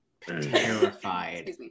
terrified